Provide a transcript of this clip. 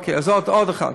אוקיי, אז עוד אחד.